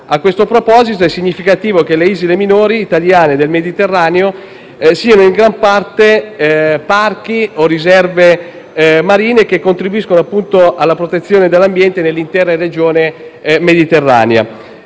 A tale proposito è significativo che le isole minori italiane del Mediterraneo siano in gran parte parchi o riserve marine che contribuiscono alla protezione dell'ambiente nell'intera regione mediterranea.